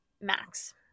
max